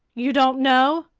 you don't know?